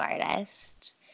artist